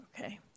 Okay